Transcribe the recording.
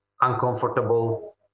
uncomfortable